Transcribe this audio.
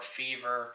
fever